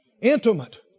intimate